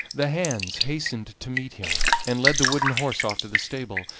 the hands hastened to meet him, and led the wooden horse off to the stable,